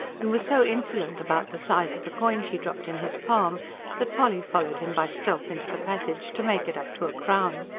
and was so insolent about the size of the coin she dropped in his palm that polly followed him by stealth into the passage, to make it up to a crown.